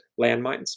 landmines